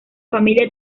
familia